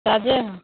ताजे हँ